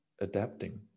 adapting